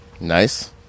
Nice